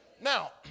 Now